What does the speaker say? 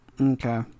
okay